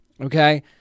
Okay